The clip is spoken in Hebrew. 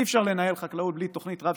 אי-אפשר לנהל חקלאות בלי תוכנית רב-שנתית.